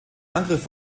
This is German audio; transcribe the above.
angriff